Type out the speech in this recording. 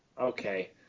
Okay